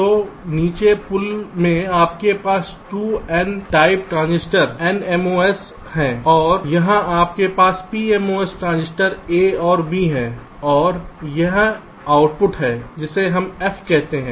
तो नीचे पुल में आपके पास 2 n type ट्रांजिस्टर nMOS हैं और यहाँ आपके पास pMOS ट्रांजिस्टर a और b हैं और यह आउटपुट है जिसे हम f कहते हैं